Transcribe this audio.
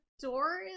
door